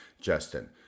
Justin